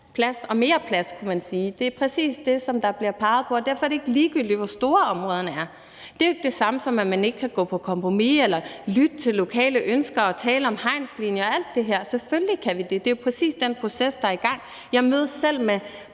plads – og mere plads, kan man sige. Det er præcis det, som der bliver peget på. Og derfor er det ikke ligegyldigt, hvor store områderne er. Det er jo ikke det samme, som at man ikke kan gå på kompromis eller lytte til lokale ønsker og tale om hegnslinjer og alt det her – selvfølgelig kan vi det. Det er jo præcis den proces, der er i gang. Jeg mødes selv med